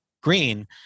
Green